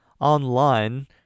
online